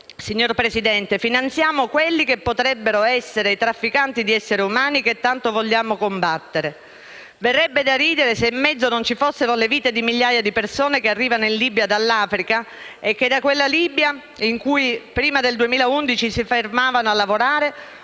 Signor Presidente, che paradosso: finanziamo quelli che potrebbero essere i trafficanti di esseri umani che tanto vogliamo combattere. Verrebbe da ridere se in mezzo non ci fossero le vite di migliaia di persone che arrivano in Libia dall'Africa e che da quella Libia, in cui prima del 2011 si fermavano a lavorare,